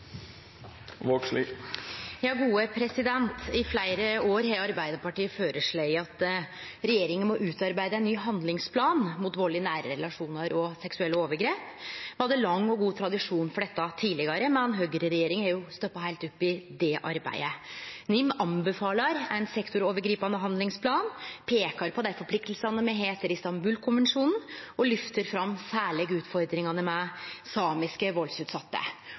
I fleire år har Arbeidarpartiet føreslått at regjeringa må utarbeide ein ny handlingsplan mot vald i nære relasjonar og seksuelle overgrep. Me hadde ein lang og god tradisjon for dette tidlegare, men høgreregjeringa har ikkje følgt opp dette arbeidet. NIM anbefaler ein sektorovergripande handlingsplan, peiker på dei forpliktingane me har etter Istanbul-konvensjonen, og lyfter særleg fram utfordringane med samiske valdsutsette.